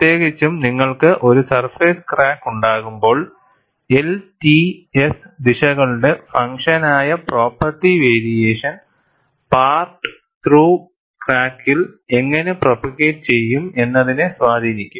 പ്രത്യേകിച്ചും നിങ്ങൾക്ക് ഒരു സർഫേസ് ക്രാക്ക് ഉണ്ടാകുമ്പോൾ LTS ദിശകളുടെ ഫങ്ക്ഷൻ ആയ പ്രോപ്പർട്ടി വേരിയേഷൻ പാർട്ട് ത്രൂ ക്രാക്കിൽ എങ്ങനെ പ്രൊപ്പഗേറ്റ് ചെയ്യും എന്നതിനെ സ്വാധീനിക്കും